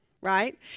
right